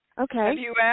okay